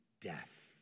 death